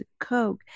Coke